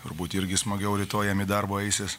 turbūt irgi smagiau rytoj jiem į darbą eisis